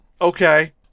Okay